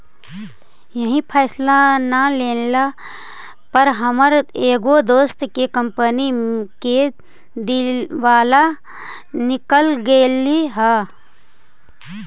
सही फैसला न लेला पर हमर एगो दोस्त के कंपनी के दिवाला निकल गेलई हल